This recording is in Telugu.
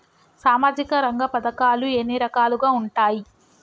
సామాజిక రంగ పథకాలు ఎన్ని రకాలుగా ఉంటాయి?